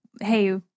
hey